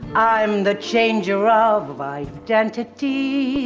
i'm the change around identity.